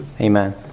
amen